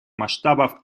масштабов